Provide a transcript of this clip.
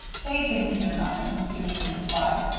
they didn't hear nothing, peterson replied,